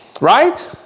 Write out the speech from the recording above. Right